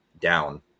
down